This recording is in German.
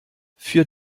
für